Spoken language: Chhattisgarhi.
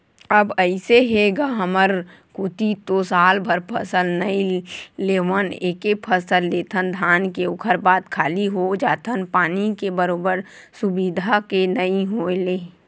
अब अइसे हे गा हमर कोती तो सालभर फसल नइ लेवन एके फसल लेथन धान के ओखर बाद खाली हो जाथन पानी के बरोबर सुबिधा के नइ होय ले